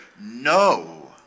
no